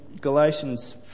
Galatians